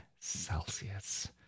Celsius